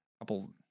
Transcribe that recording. couple